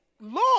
Lord